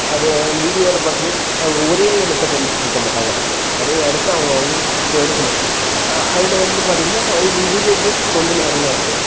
அதை வீடியோவில் பார்க்கும் போது அவங்க ஒரே இடத்த காம்மிச்சிட்ருக்க மாட்டாங்க நிறைய இடத்த அவங்கவங்க போய் எடுக்கணும் அதில் வந்து பார்த்தீங்கன்னா அவங்க வீடியோ கிளிப்ஸ் கொஞ்சம் நேரம் தான் இருக்கும்